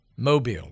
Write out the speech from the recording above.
Mobile